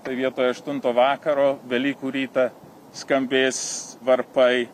toj vietoj aštuntą vakaro velykų rytą skambės varpai